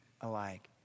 alike